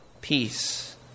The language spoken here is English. peace